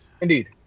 Indeed